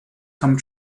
come